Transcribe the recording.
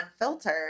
Unfiltered